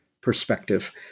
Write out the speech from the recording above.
perspective